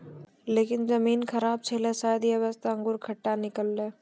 लेकिन जमीन खराब छेलै शायद यै वास्तॅ अंगूर खट्टा निकललै